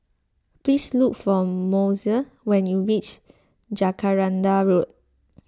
please look for Mose when you reach Jacaranda Road